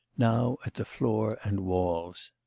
now at the floor and walls.